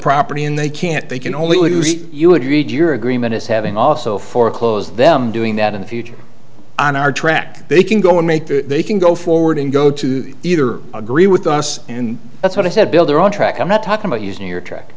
property and they can't they can only wish you would read your agreement as having also forclose them doing that in the future on our track they can go and make they can go forward and go to either agree with us and that's what i said build their own track i'm not talking about using your track